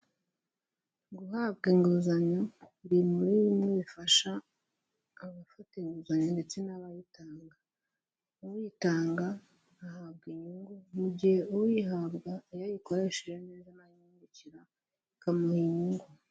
Guhabwa inguzanyo biri muri bimwe bifasha abafata inguzanyo ndetse n'abayitanga. Uyitanga ahabwa inyungu, mu gihe uyihabwa iyo ayikoresheje neza na yo imwungukira, ikamuha inyungu.